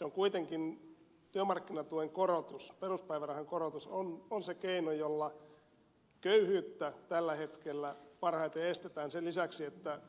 nyt kuitenkin työmarkkinatuen korotus peruspäivärahan korotus on se keino jolla köyhyyttä tällä hetkellä parhaiten estetään sen lisäksi että